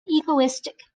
egoistic